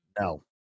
No